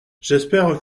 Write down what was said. j’espère